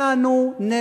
והמשיח החדש לא יוכל לבד.